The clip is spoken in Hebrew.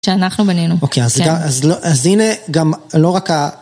שאנחנו בנינו. אוקיי, אז הנה גם לא רק ה...